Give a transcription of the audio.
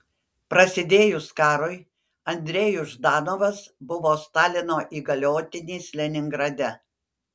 prasidėjus karui andrejus ždanovas buvo stalino įgaliotinis leningrade